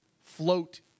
float